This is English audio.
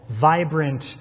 vibrant